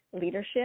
leadership